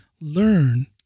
Learn